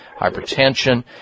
hypertension